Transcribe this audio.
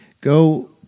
go